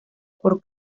por